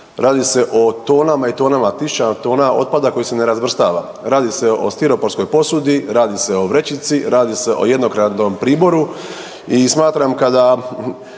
Radi se o tonama i tonama, tisućama tona otpada koji se ne razvrstava, radi se o stiroporskoj posudi, radi se o vrećici, radi se o jednokratnom priboru i smatram da